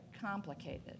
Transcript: complicated